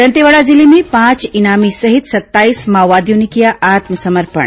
दंतेवाड़ा जिले में पांच इनामी सहित सत्ताईस माओवादियों ने किया आत्मसमर्पण